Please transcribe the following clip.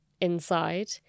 inside